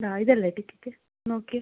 ആ ഇതല്ലേ ടിക്കറ്റ് നോക്കിയേ